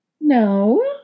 no